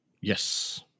Yes